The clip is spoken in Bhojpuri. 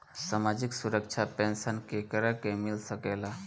सामाजिक सुरक्षा पेंसन केकरा के मिल सकेला?